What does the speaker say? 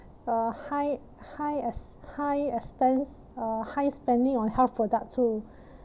uh high high ex~ high expense uh high spending on health product too